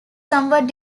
somewhat